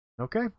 Okay